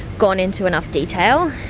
gone into enough detail.